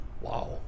Wow